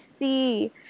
see